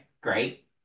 great